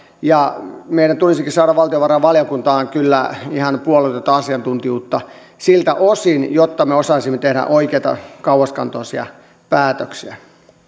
ja meidän tulisikin kyllä saada valtiovarainvaliokuntaan ihan puolueetonta asiantuntijuutta siltä osin jotta me osaisimme tehdä oikeita kauaskantoisia päätöksiä